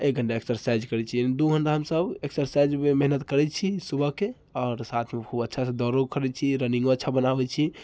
एक घण्टा एक्सरसाइज करैत छी दू घण्टा हमसब एक्सरसाइजमे मेहनत करैत छी सुबहके आओर साथमे खुब अच्छासँ दौड़ो करैत छी रनिङ्गो अच्छा बनाबैत छी